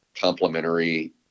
complementary